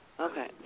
Okay